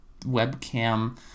webcam